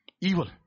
evil